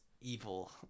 evil